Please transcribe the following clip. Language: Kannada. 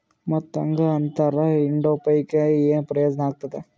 ಮತ್ತ್ ಹಾಂಗಾ ಅಂತರ ಇಡೋ ಪೈಕಿ, ಏನ್ ಪ್ರಯೋಜನ ಆಗ್ತಾದ?